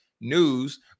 news